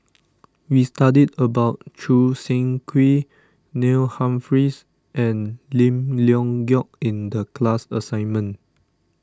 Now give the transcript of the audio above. we studied about Choo Seng Quee Neil Humphreys and Lim Leong Geok in the class assignment